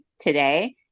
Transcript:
today